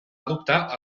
adoptar